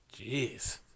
Jeez